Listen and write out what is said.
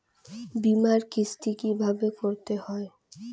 বিমার কিস্তি কিভাবে করতে হয়?